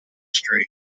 street